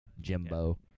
Jimbo